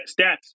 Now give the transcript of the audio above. stats